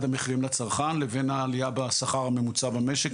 המחירים לצרכן לבין העלייה בשכר הממוצע במשק.